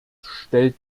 stellt